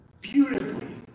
beautifully